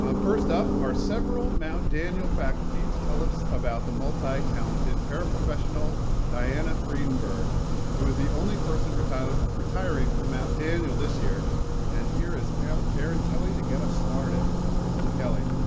um first up are several mount daniel faculty to tell us about the multi-talented paraprofessional diana fredenberg who is the only person retired retiring from daniel this year and here is erin erin kelly to get us started principal kelly.